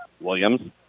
Williams